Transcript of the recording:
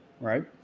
right